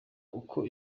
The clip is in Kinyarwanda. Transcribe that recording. uko